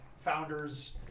founders